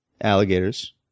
alligators